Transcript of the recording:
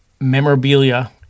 memorabilia